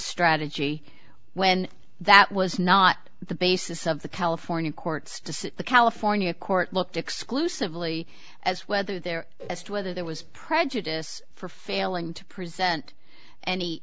strategy when that was not the basis of the california courts to the california court looked exclusively as whether there as to whether there was prejudice for failing to present any